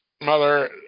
Mother